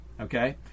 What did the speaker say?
okay